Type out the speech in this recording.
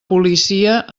policia